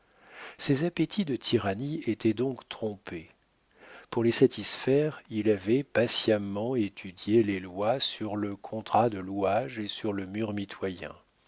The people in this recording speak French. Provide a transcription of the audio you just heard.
ses appétits de tyrannie étaient donc trompés pour les satisfaire il avait patiemment étudié les lois sur le contrat de louage et sur le mur